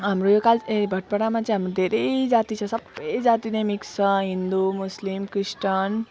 हाम्रो यो काल ए भटपाडामा चाहिँ हाम्रो धेरै जाति छ सबै जाति नै मिक्स छ हिन्दू मुस्लिम क्रिस्तान